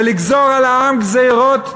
ולגזור על העם גזירות,